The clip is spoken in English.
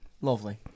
Lovely